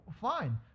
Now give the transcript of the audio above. fine